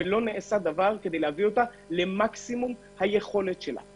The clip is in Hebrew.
ולא נעשה דבר כדי להביא אותה למקסימום היכולת שלה.